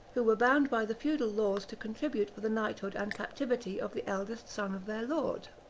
who were bound by the feudal laws to contribute for the knighthood and captivity of the eldest son of their lord.